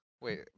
Wait